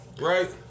Right